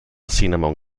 cinnamon